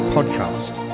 Podcast